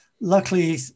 Luckily